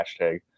Hashtag